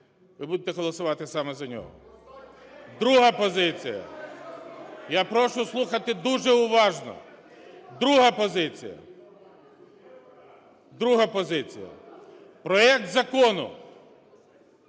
ви будете голосувати саме за нього. Друга позиція. (Шум у залі) Я прошу слухати дуже уважно. Друга позиція. Друга позиція. Проект закону,